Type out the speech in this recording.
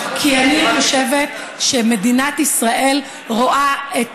כי אני חושבת שמדינת ישראל רואה את